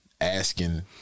asking